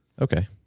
Okay